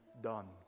done